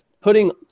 putting